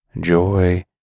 joy